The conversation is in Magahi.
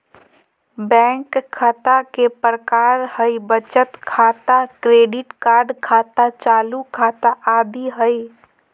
बैंक खता के प्रकार हइ बचत खाता, क्रेडिट कार्ड खाता, चालू खाता आदि हइ